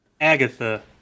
Agatha